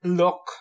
look